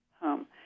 home